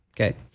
Okay